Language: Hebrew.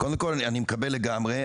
קודם כל אני מקבל לגמרי,